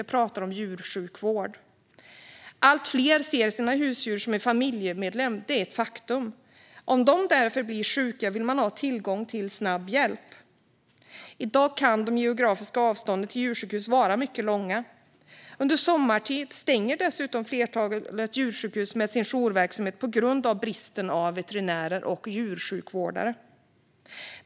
Jag pratar om djursjukvård. Allt fler ser sina husdjur som en familjemedlem - det är ett faktum. Om husdjuren blir sjuka vill man ha tillgång till snabb hjälp, men i dag kan de geografiska avstånden till djursjukhus vara mycket långa. Under sommartid stänger dessutom flertalet djursjukhus ned sin jourverksamhet på grund av bristen på veterinärer och djursjukvårdare.